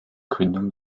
gründung